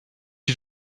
you